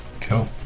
cool